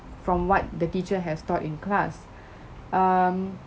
from what the teacher has taught in class um